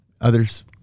others